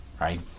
right